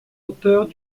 auteurs